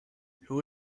who